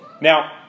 Now